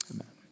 Amen